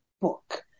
book